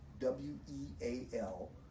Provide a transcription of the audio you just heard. w-e-a-l